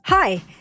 Hi